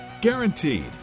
Guaranteed